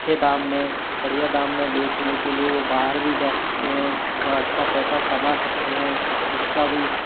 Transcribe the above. अच्छे दाम में बढ़िया दाम में बेचने के लिए वो बाहर भी जा सकते हैं और अच्छा पैसा कमा सकते हैं इसका भी